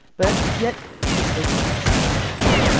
but yet she's still gorgeous, as always!